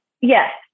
yes